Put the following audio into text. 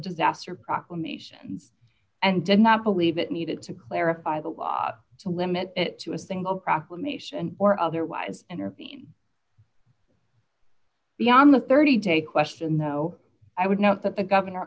disaster proclamations and did not believe it needed to clarify the law to limit it to a single proclamation or otherwise intervene beyond the thirty day question though i would note that the governor